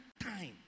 time